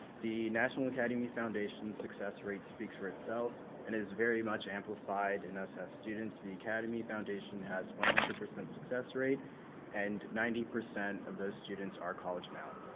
the national academy foundation's success rate speaks for itself and is very much amplified in us as students. the academy foundation has one hundred percent success rate and ninety percent of those students are college bound.